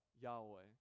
Yahweh